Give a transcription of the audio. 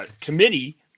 Committee